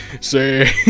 Say